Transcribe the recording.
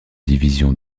division